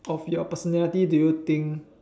of your personality do you think